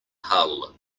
hull